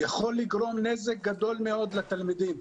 יכול לגרום נזק גדול מאוד לתלמידים.